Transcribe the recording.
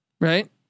right